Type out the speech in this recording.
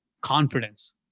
confidence